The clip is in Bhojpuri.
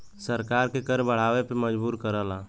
सरकार के कर बढ़ावे पे मजबूर करला